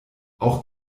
auch